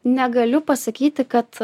negaliu pasakyti kad